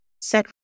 set